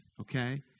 okay